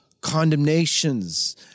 condemnations